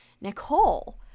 Nicole